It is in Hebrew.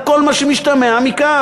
על כל מה שמשתמע מכך,